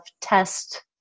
test